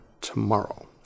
tomorrow